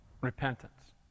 Repentance